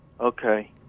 Okay